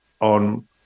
on